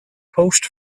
post